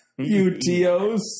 UTOs